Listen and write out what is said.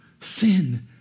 Sin